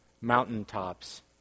mountaintops